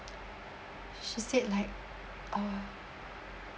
she said like uh